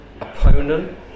opponent